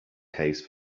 case